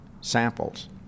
samples